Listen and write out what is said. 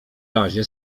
razie